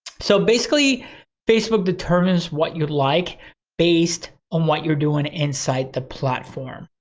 so basically facebook determines what you like based on what you're doing inside the platform,